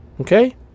Okay